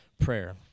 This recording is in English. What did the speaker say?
prayer